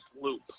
loop